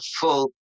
full